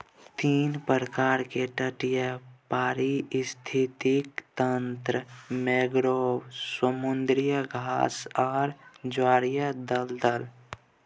तीन प्रकार के तटीय पारिस्थितिक तंत्र मैंग्रोव, समुद्री घास आर ज्वारीय दलदल